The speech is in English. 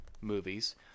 movies